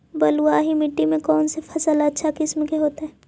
बलुआही मिट्टी में कौन से फसल अच्छा किस्म के होतै?